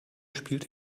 spielt